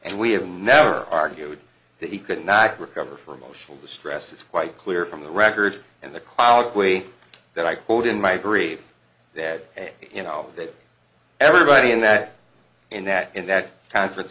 and we have never argued that we could not recover for emotional distress it's quite clear from the record and the cloud way that i quote in my brief that you know that everybody in that and that in that conference